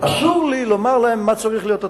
אסור לי לומר להם מה צריך להיות התעריף.